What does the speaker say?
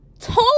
told